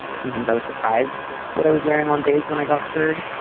sometimes i was surprised what i was wearing on days when i got third.